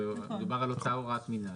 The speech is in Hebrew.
מדובר על אותה הוראת מינהל,